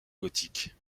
gothique